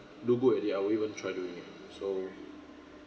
do good already I won't even try doing it so